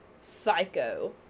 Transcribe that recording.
psycho